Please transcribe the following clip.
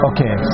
Okay